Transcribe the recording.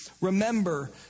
remember